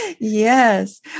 Yes